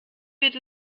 wird